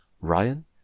Ryan